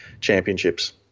Championships